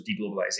deglobalization